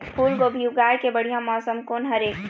फूलगोभी उगाए के बढ़िया मौसम कोन हर ये?